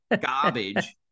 garbage